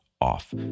off